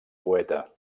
poeta